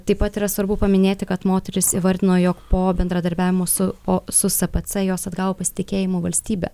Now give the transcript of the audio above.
taip pat yra svarbu paminėti kad moterys įvardino jog po bendradarbiavimo su po su spc jos atgavo pasitikėjimą valstybe